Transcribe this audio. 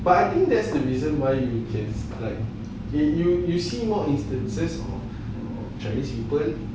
but I think that's the reason why you can like you you see more instances of chinese people